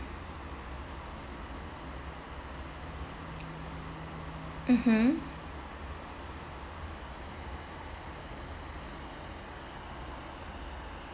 mmhmm